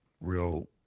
real